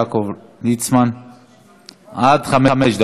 שר הבריאות חבר הכנסת יעקב ליצמן, עד חמש דקות,